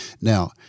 Now